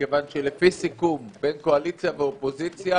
כיוון שלפי סיכום בין קואליציה ואופוזיציה,